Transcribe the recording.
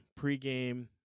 pregame